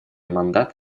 мандат